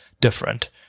different